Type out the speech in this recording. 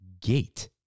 gate